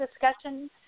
discussion